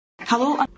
Hello